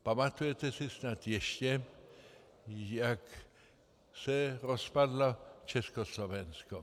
Pamatujete si snad ještě, jak se rozpadlo Československo.